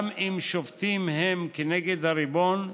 גם אם שובתים הם כנגד הריבון,